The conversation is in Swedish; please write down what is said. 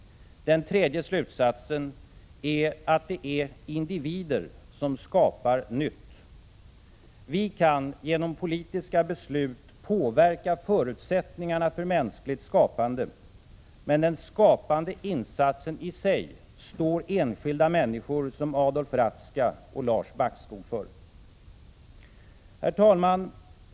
Den tredje slutsatsen är att det är individer som skapar nytt. Vi kan genom politiska beslut påverka förutsättningarna för mänskligt skapande, men den skapande insatsen i sig står enskilda människor som Adolf Ratzka och Lars Backskog för. Herr talman!